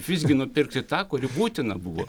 vis gi nupirkti tą kuri būtina buvo